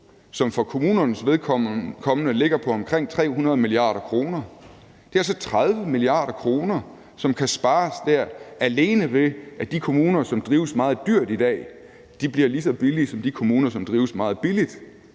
som for kommunernes vedkommende ligger på omkring 300 mia. kr., er altså 30 mia. kr., som kan spares, alene ved at de kommuner, som drives meget dyrt i dag, bliver lige så billige som de kommuner, som drives meget billigt,